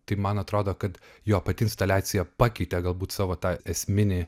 tai man atrodo kad jo pati instaliacija pakeitė galbūt savo tą esminį